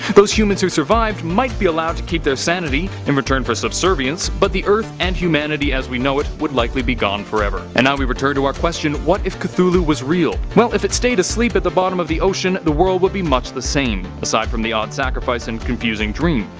those humans who survived might be allowed to keep their sanity in return for subservience, but the earth and humanity as we know it would likely be gone forever. and now we return to our question what if cthulhu was real? well, if it stayed asleep at the bottom of the ocean, the world would be much the same, aside from the odd sacrifice and confusing dream.